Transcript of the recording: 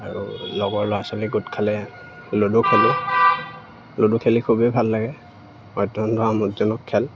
আৰু লগৰ ল'ৰা ছোৱালীক গোট খালে লুডু খেলোঁ লুডু খেলি খুবেই ভাল লাগে আমোদজনক খেল